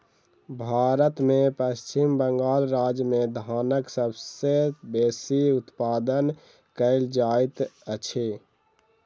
भारत में पश्चिम बंगाल राज्य में धानक सबसे बेसी उत्पादन कयल जाइत अछि